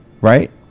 right